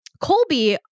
Colby